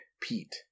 pete